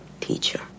teacher